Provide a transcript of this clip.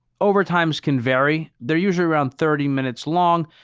overtimes can vary. they're usually around thirty minutes long.